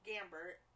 Gambert